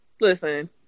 listen